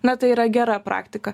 na tai yra gera praktika